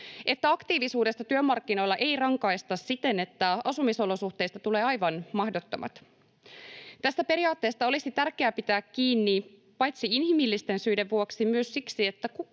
että aktiivisuudesta työmarkkinoilla ei rankaista siten, että asumisolosuhteista tulee aivan mahdottomat. Tästä periaatteesta olisi tärkeää pitää kiinni paitsi inhimillisten syiden vuoksi myös siksi, että